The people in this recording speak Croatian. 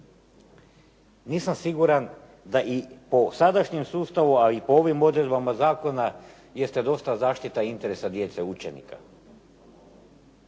nisam siguran da i po sadašnjem sustavu, a i po ovim odredbama zakona jeste dosta zaštita interesa djece učenika.